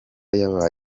yaba